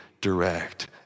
direct